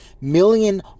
million